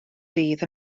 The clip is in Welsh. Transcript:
rhydd